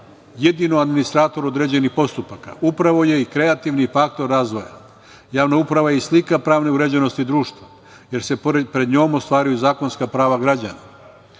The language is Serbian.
jedino administrator određenih postupaka, upravo je i kreativni faktor razvoja. Javna uprava je i slika pravne uređenosti društva, jer se pred njom ostvaruju zakonska prava građana.